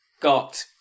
got